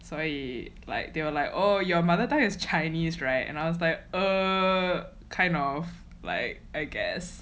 所以 like they were like oh your mother tongue is chinese [right] and I was like err kind of like I guess